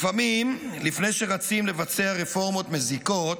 לפעמים, לפני שרצים לבצע רפורמות מזיקות,